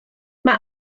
mae